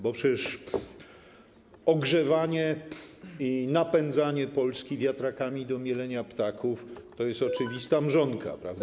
Bo przecież ogrzewanie i napędzanie Polski wiatrakami do mielenia ptaków, to jest oczywista mrzonka, prawda?